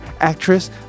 actress